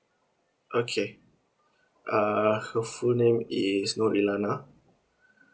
okay uh her full name is nur milana